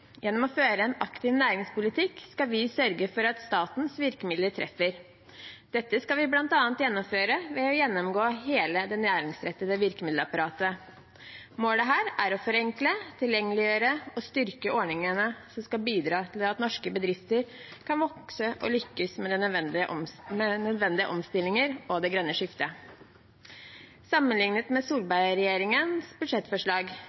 Gjennom å føre en aktiv næringspolitikk skal vi sørge for at statens virkemidler treffer. Dette skal vi bl.a. gjennomføre ved å gjennomgå hele det næringsrettede virkemiddelapparatet. Målet her er å forenkle, tilgjengeliggjøre og styrke ordningene som skal bidra til at norske bedrifter kan vokse og lykkes med nødvendige omstillinger og det grønne skiftet. Sammenlignet med Solberg-regjeringens budsjettforslag